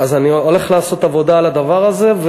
אז אני הולך לעשות עבודה על הדבר הזה,